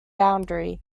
boundary